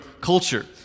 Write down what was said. culture